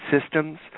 systems